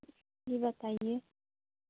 जी बताइए